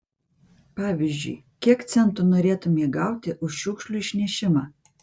pavyzdžiui kiek centų norėtumei gauti už šiukšlių išnešimą